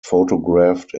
photographed